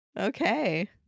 Okay